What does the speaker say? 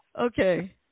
Okay